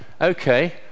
Okay